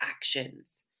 actions